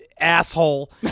asshole